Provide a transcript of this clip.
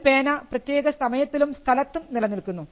ഒരു പേന പ്രത്യേക സമയത്തിലും സ്ഥലത്തും നിലനിൽക്കുന്നു